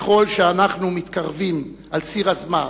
ככל שאנחנו מתקדמים על ציר הזמן,